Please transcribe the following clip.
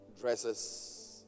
dresses